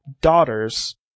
daughters